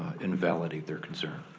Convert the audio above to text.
and validate their concern.